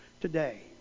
today